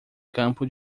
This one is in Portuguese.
campo